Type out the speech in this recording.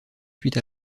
suite